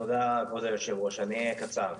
תודה, כבוד היושב-ראש, אני אהיה קצר.